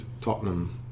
Tottenham